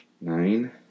Nine